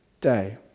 day